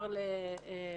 עצרנו ליותר מרגע.